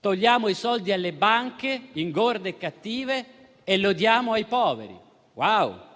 togliamo i soldi alle banche ingorde e cattive e li diamo ai poveri. Wow.